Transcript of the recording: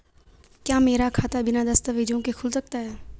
क्या मेरा खाता बिना दस्तावेज़ों के खुल सकता है?